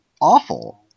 awful